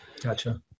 Gotcha